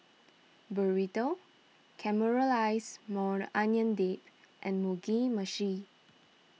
Burrito Caramelized Maui Onion Dip and Mugi Meshi